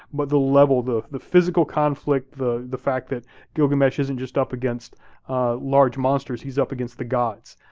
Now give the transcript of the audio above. but the level, the the physical conflict, the the fact that gilgamesh isn't just up against large monsters, he's up against the gods,